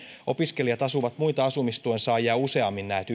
opiskelijat asuvat näet muita asumistuen saajia useammin näet